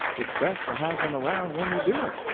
it's best to have them around when you do it.